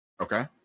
Okay